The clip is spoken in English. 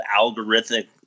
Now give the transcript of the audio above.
algorithmic